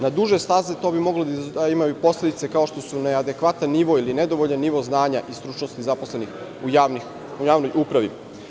Na duže staze to bi moglo da ima posledice kao što su neadekvatan ili nedovoljan nivo znanja i stručnosti zaposlenih u javnoj upravi.